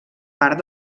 part